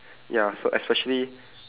ya so especially